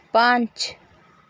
پانچ